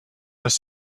this